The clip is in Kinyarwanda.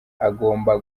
agomba